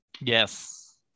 Yes